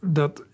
...dat